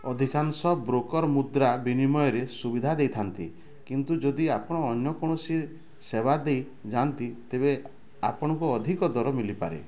ଅଧିକାଂଶ ବ୍ରୋକର୍ ମୁଦ୍ରା ବିନିମୟର ସୁବିଧା ଦେଇଥାନ୍ତି କିନ୍ତୁ ଯଦି ଆପଣ ଅନ୍ୟ କୌଣସି ସେବା ଦେଇ ଯାଆନ୍ତି ତେବେ ଆପଣଙ୍କୁ ଅଧିକ ଦର ମିଳିପାରେ